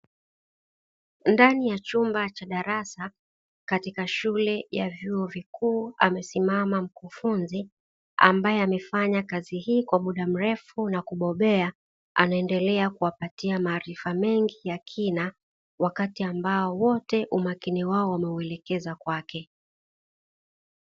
Ndani ya chumba cha darasa katika shule ya vyuo vikuu, amesimama mkufunzi ambaye amefanya kazi hii kwa muda mrefu na kubobea, anaendelea kuwapatia maarifa mengi ya kina, wakati ambao wote umakini wao wameuelekeza kwake.